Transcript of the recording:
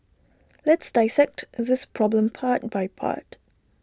let's dissect this problem part by part